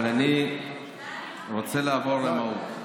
אבל אני רוצה לעבור למהות.